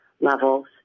levels